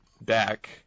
back